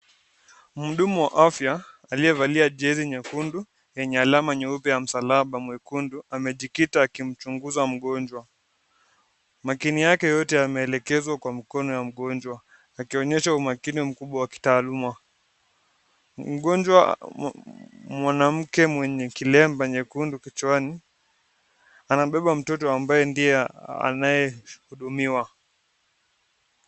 Mhudumu wa afya aliyevalia jezi nyekundu lenye alama jeupe ya msalaba mwekundu amejikita akimchunguza mgonjwa. Makini yake yote yameelekezwa kwa mkono ya mgonjwa akionyesha umakini mkubwa wa kitaaluma. Mgonjwa mwanamke mwenye kilemba nyekundu kichwani anabeba mtoto ambaye ndiye anayehudumiwa.